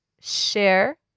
share